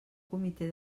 comitè